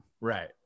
right